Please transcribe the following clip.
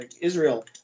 Israel